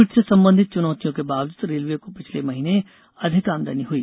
Covid से संबंधित चुनौतियों के बावजूद रेलवे को पिछले महीने अधिक आमदनी हुई